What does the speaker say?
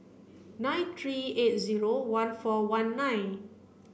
nine three eight zero one four one nine